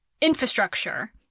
infrastructure